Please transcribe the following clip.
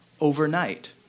overnight